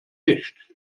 nicht